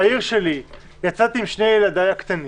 אני בעיר שלי, יצאתי עם שני ילדיי הקטנים